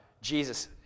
Jesus